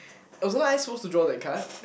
wasn't I supposed to draw that card